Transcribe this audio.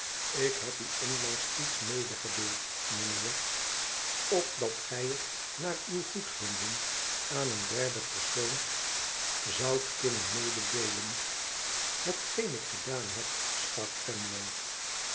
lik heb u onlangs iets medegedeeld mijnheer opdat gij het naar uw goedvinden aan een derden persoon zoudt kunnen mededeelen hetgeen ik gedaan heb sprak